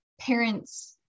parents